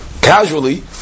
casually